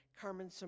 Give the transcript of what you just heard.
carmen